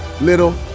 little